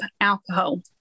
alcohol